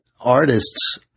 artists